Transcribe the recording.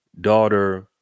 daughter